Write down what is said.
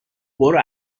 برو